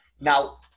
now